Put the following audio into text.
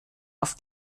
auf